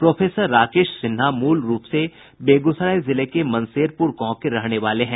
professor Rakesh Sinha मूल रूप से बेगूसराय जिले के मनसेरपुर गांव के रहने वाले हैं